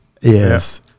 Yes